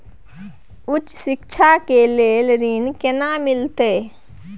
उच्च शिक्षा के लेल ऋण केना मिलते?